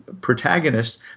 protagonist